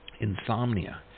Insomnia